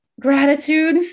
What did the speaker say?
gratitude